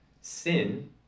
sin